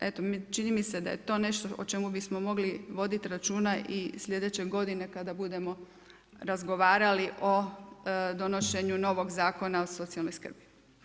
eto, čini mi se da je to nešto o čemu bismo mogli voditi računa i sljedeće godine kada budemo razgovarali o donošenju novog Zakona o socijalnoj skrbi.